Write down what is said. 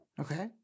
Okay